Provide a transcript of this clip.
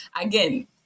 again